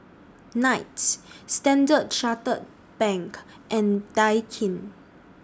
Knight Standard Chartered Bank and Daikin